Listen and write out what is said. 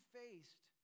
faced